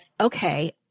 okay